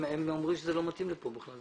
הם אומרים שזה לא מתאים לכאן.